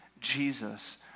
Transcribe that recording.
Jesus